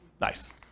Nice